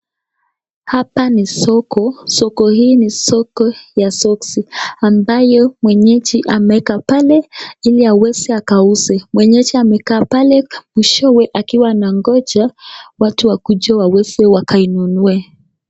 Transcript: Hapa ni soko, soko hii ni soko ya soksi am ayo mwenyeji ambayo ameweka pale hili aweze auze mwenye amekaa pale mwishowa akiwa anangoja watu wakuje waweze wakainunue.